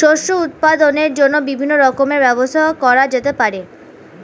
শস্য উৎপাদনের জন্য বিভিন্ন রকমের ব্যবস্থা করা যেতে পারে